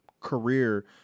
career